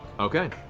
okay.